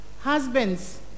husbands